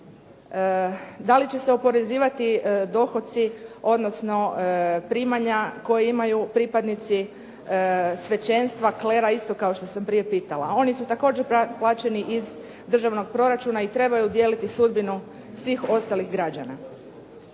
Da li će se oporezivati dohoci, odnosno primanja koja imaju pripadnici svećenstva, klera, isto kao što sam prije pitala. Oni su također plaćeni iz državnog proračuna i trebaju dijeliti sudbinu svih ostalih građana.